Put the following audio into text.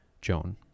Joan